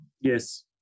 Yes